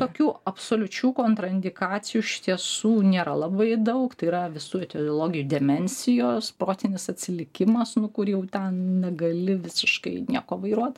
tokių absoliučių kontraindikacijų iš tiesų nėra labai daug tai yra visų etiologijų demencijos protinis atsilikimas nu kur jau ten negali visiškai nieko vairuoti